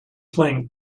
playing